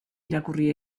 irakurri